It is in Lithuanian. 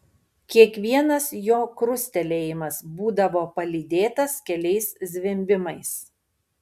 kiekvienas jo krustelėjimas būdavo palydėtas keliais zvimbimais